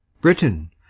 Britain